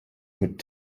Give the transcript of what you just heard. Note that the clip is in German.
mit